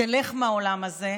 ילכו מהעולם הזה.